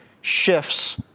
shifts